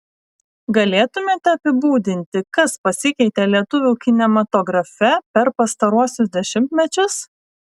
galėtumėte apibūdinti kas pasikeitė lietuvių kinematografe per pastaruosius dešimtmečius